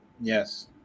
Yes